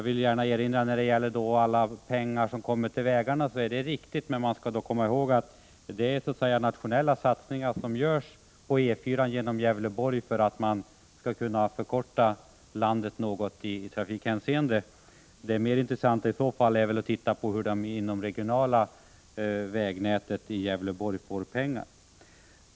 Det är riktigt att det anslås pengar till vägar, men man skall komma ihåg att det är nationella satsningar som görs på E 4 genom Gävleborgs län för att förkorta landet något i trafikhänseende. Det är väl i så fall mer intressant att titta på hur det inomregionala vägnätet i Gävleborg får pengar.